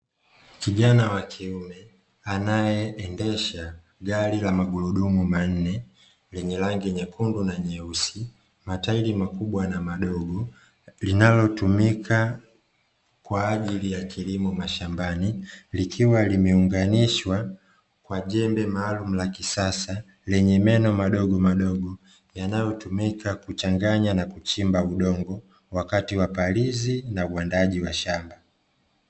Kijana anaendesha gari la magurudumu manne, lenye rangi nyekundu na nyeusi mataili makubwa na madogo linalotumika kwa ajili ya kilimo mashambani lililounganishwa na jembe maalumu la kisasa lenye meno, yanayotumika kuchimbua na kuchanganya udongo wakati wa palizi au uandaaji wa shamba.